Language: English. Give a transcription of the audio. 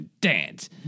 Dance